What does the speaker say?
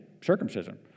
circumcision